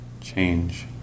change